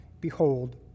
Behold